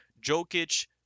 Jokic